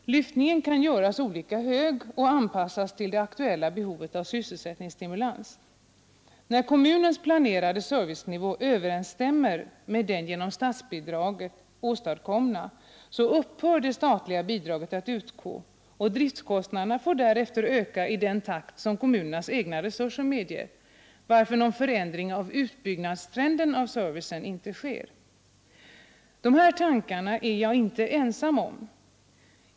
Lyftningen kan göras olika hög och anpassas till det aktuella behovet av sysselsättningsstimulans. När kommunens planerade servicenivå överensstämmer med den genom statsbidraget åstadkomna, upphör det statliga bidraget att utgå, och driftkostnaderna får därefter öka i den takt som kommunens egna resurser medger, varför någon förändring av utbyggnadstrenden inte sker. De här tankarna är jag inte ensam om.